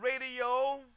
radio